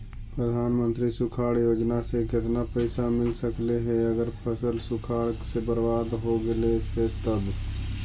प्रधानमंत्री सुखाड़ योजना से केतना पैसा मिल सकले हे अगर फसल सुखाड़ से बर्बाद हो गेले से तब?